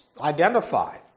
identified